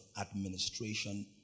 administration